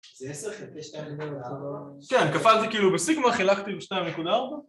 זה 10 חלקי 2.4? כן, כפלתי כאילו בסיגמא, חילקתי ב-2.4